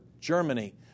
Germany